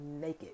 naked